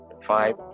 Five